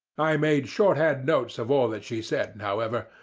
i made shorthand notes of all that she said, and however,